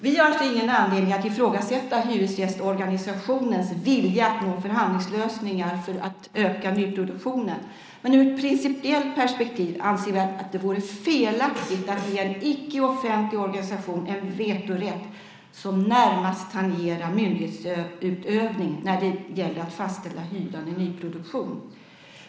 Vi har alltså ingen anledning att ifrågasätta hyresgästorganisationens vilja att nå förhandlingslösningar för att öka nyproduktionen, men ur ett principiellt perspektiv anser vi att det vore felaktigt att ge en icke offentlig organisation en vetorätt som närmast tangerar myndighetsutövning när det gäller att fastställa hyran i nyproduktion.